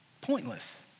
pointless